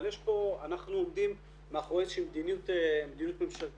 אבל אנחנו עומדים מאחורי איזה שהיא מדיניות ממשלתית.